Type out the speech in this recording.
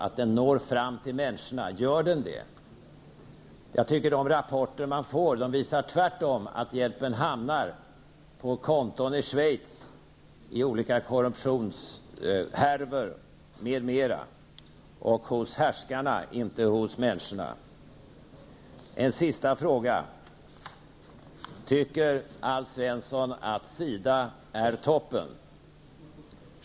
Jag tycker att de rapporter som man får tvärtom visar att hjälpen hamnar på konton i Schweiz i olika korruptionshärvor m.m. och hos härskarna och inte hos människorna. En sista fråga: Tycker Alf Svensson att SIDA är toppen?